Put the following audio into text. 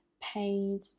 paid